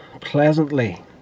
pleasantly